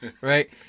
right